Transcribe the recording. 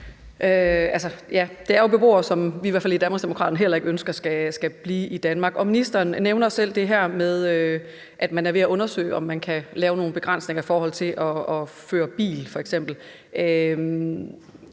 det er jo beboere, som i hvert fald vi i Danmarksdemokraterne heller ikke ønsker skal blive i Danmark. Ministeren nævner selv det her med, at man er ved at undersøge, om man kan lave nogle begrænsninger i forhold til f.eks. at køre bil.